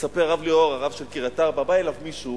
מספר הרב ליאור, הרב של קריית-ארבע, בא אליו מישהו